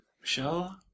Michelle